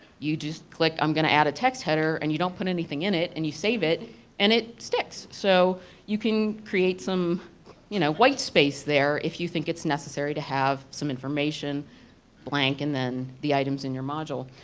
you just click i'm going to add a text header and you don't put anything in it and you save it and it sticks. so you can create some you know white space there if you think it's necessary to have some information blank and then the items in your module.